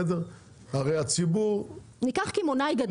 הרי הציבור --- ניקח קמעונאי גדול.